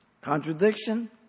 Contradiction